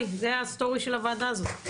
זה הסיפור של הוועדה הזאת,